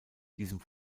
diesem